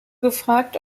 gefragt